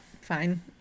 fine